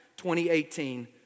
2018